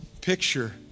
picture